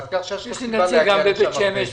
יש לי נציג גם בבית שמש,